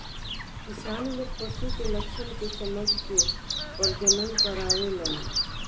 किसान लोग पशु के लक्षण के समझ के प्रजनन करावेलन